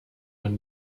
man